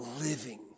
living